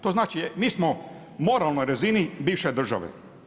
To znači, mi smo na moralnoj razini bivše države.